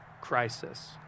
crisis